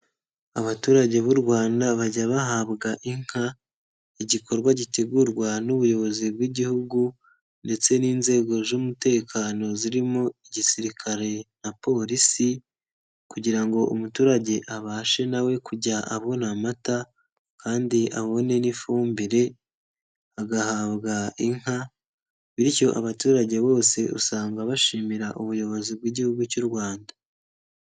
Abaturage b'u Rwanda bajya bahabwa inka, igikorwa gitegurwa n'ubuyobozi bw'Igihugu ndetse n'inzego z'umutekano zirimo igisirikare na polisi kugira ngo umuturage abashe nawe kujya abona amata kandi abone n'ifumbire, agahabwa inka, bityo abaturage bose usanga bashimira ubuyobozi bw'Igihugu cy'u Rwanda.